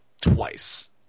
twice